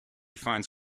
finds